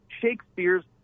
Shakespeare's